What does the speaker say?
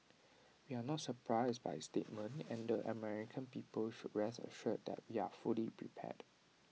we are not surprised by statement and the American people should rest assured that we are fully prepared